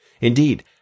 Indeed